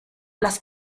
las